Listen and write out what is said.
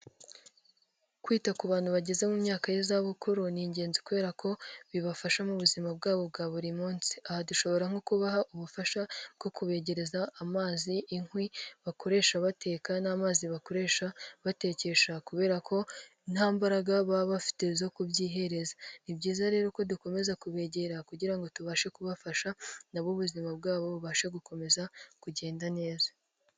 kwita ku bantu bageze mu myaka y'izabukuru ni ingenzi kubera ko bibafasha mu buzima bwabo bwa buri munsi, aha dushobora nko kubaha ubufasha bwo kubegereza amazi, inkwi bakoresha bateka n'amazi bakoresha batekesha kubera ko nta mbaraga baba bafite zo kubyihereza, ni byiza rero ko dukomeza kubegera kugira ngo tubashe kubafasha na bo ubuzima bwabo bubashe gukomeza kugenda neza.